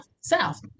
south